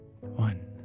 one